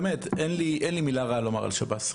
אין לי מילה רעה לומר על שב"ס.